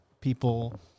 people